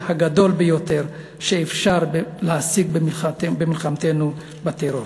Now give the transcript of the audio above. הגדול ביותר שאפשר להשיג במלחמתנו בטרור.